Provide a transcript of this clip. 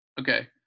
okay